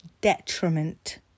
detriment